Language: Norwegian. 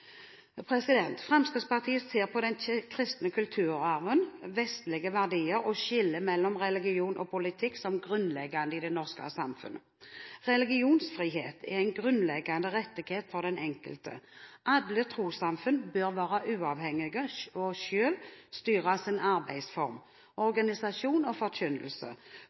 Fremskrittspartiet ser på den kristne kulturarven, vestlige verdier og skillet mellom religion og politikk som grunnleggende i det norske samfunnet. Religionsfrihet er en grunnleggende rettighet for den enkelte. Alle trossamfunn bør være uavhengige og selv styre sin arbeidsform, organisasjon og forkynnelse,